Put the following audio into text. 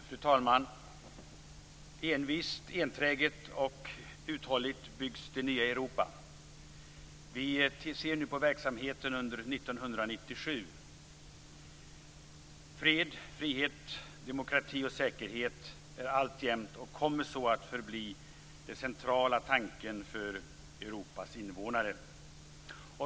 Fru talman! Envist, enträget och uthålligt byggs det nya Europa. Vi ser nu på verksamheten under 1997. Fred, frihet, demokrati och säkerhet är alltjämt och kommer så att förbli det centrala för Europas invånare.